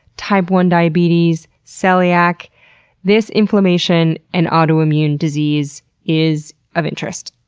type one diabetes, celiac this inflammation and autoimmune disease is of interest.